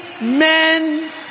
men